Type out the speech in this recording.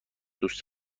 دوست